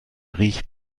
riecht